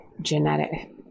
genetic